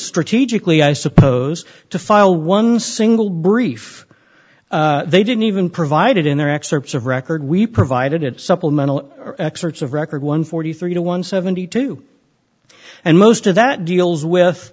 strategically i suppose to file one single brief they didn't even provided in their excerpts of record we provided it supplemental excerpts of record one forty three to one seventy two and most of that deals with